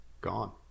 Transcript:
gone